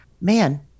man